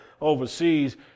overseas